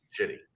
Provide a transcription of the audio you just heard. shitty